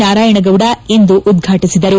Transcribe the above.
ನಾರಾಯಣ ಗೌಡ ಇಂದು ಉದ್ರಾಟಿಸಿದರು